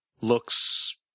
Looks